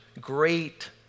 Great